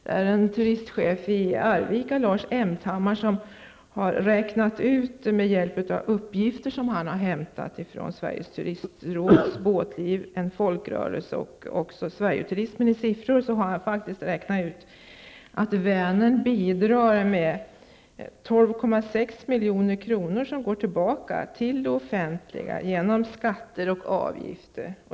En turistchef i Arvika, Lars Emthammar, har med hjälp av uppgifter som han har hämtat från Sveriges turistråds Båtliv, en folkrörelse och Sverigeturismen i siffror, räknat ut att Vänerturismen bidrar med 12,6 milj.kr., som går tillbaka till det offentliga genom skatter och avgifter.